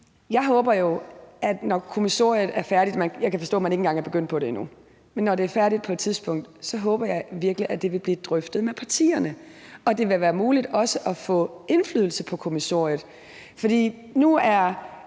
jeg håber jo, at når kommissoriet er færdigt på et tidspunkt – jeg kan forstå, at man ikke engang er begyndt på det endnu – så håber jeg virkelig, at det vil blive drøftet med partierne, og at det også vil være muligt at få indflydelse på kommissoriet. For nu er